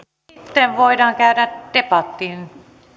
sitten voidaan käydä debattiin